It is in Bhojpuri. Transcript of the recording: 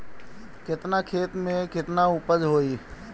केतना खेत में में केतना उपज होई?